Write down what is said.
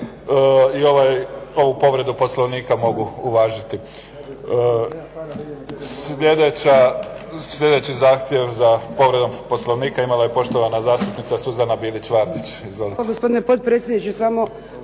i ovu povredu Poslovnika mogu uvažiti. Sljedeći zahtjev za povredom Poslovnika imala je zastupnica Suzana Bilić Vardić.